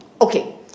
Okay